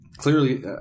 Clearly